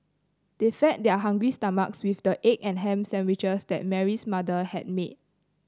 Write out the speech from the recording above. they fed their hungry stomachs with the egg and ham sandwiches that Mary's mother had made